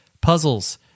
puzzles